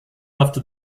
after